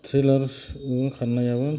trailers बिदि खारनायाबो